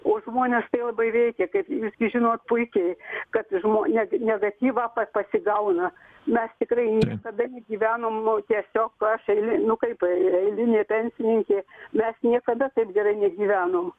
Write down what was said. o žmones tai labai veikia kaip jūs gi žinot puikiai kad žmo net negatyvą pa pasigauna mes tikrai niekada negyvenom nu tiesiog aš eili nu kaip e eilinė pensininkė mes niekada taip gerai negyvenom